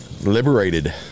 liberated